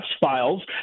files